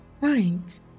Right